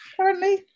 currently